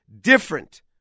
different